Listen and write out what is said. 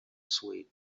sweet